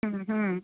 ಹ್ಞೂ ಹ್ಞೂ